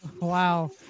Wow